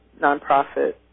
nonprofit